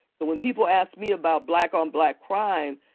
so when people ask me about black-on-black crime,